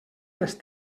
les